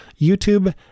youtube